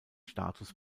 status